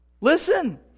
Listen